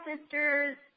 sisters